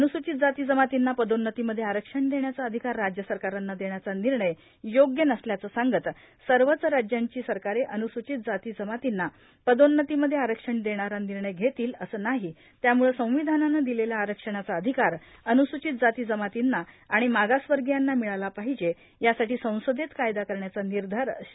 अन्र्स्र्चित जाती जमातींना पदोव्नतीमध्ये आरक्षण देण्याचा अधिकार राज्य सरकारांना देण्याचा निर्णय योग्य नसल्याचं सांगत सर्वच राज्यांची सरकारे अन्ग्रसूचित जाती जमातींना पदोव्नतीमध्ये आरक्षण देणारा निर्णय घेतील असं नाही त्यामुळं संविधानानं दिलेला आरक्षणाचा अधिकार अन्रस्रचित जाती जमातींना आणि मागासवर्गीयांना मिळाला पाहिजे यासाठी संसदेत कायदा करण्याचा निर्धार श्री